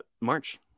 March